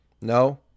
No